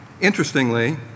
Interestingly